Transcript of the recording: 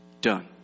done